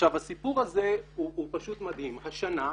הסיפור הזה הוא פשוט מדהים השנה,